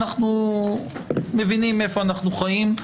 אנחנו מבינים איפה אנחנו חיים,